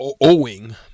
owing